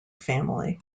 family